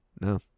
no